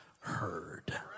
heard